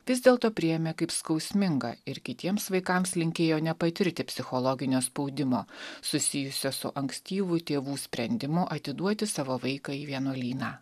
vis dėlto priėmė kaip skausmingą ir kitiems vaikams linkėjo nepatirti psichologinio spaudimo susijusio su ankstyvu tėvų sprendimu atiduoti savo vaiką į vienuolyną